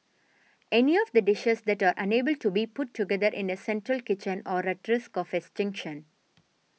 any of the dishes that are unable to be put together in a central kitchen are at risk of extinction